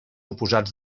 oposats